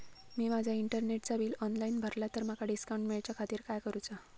मी माजा इंटरनेटचा bill online भरला तर माका डिस्काउंट मिलाच्या खातीर काय करुचा?